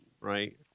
Right